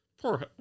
Poor